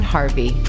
Harvey